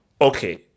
Okay